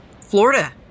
Florida